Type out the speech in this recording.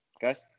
Guys